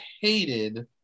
hated